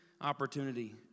opportunity